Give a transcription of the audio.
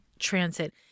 Transit